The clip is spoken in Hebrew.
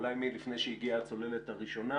אולי מלפני שהגיעה הצוללת הראשונה